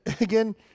Again